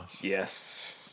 yes